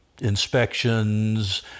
inspections